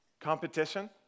Competition